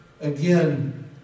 again